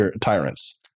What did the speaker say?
tyrants